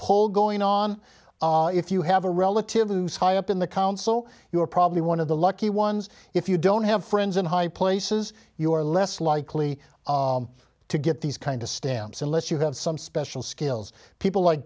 pull going on if you have a relatively high up in the council you are probably one of the lucky ones if you don't have friends in high places you are less likely to get these kind of stamps unless you have some special skills people like